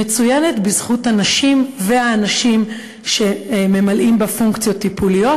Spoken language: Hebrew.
היא מצוינת בזכות הנשים והאנשים שממלאים בה פונקציות טיפוליות,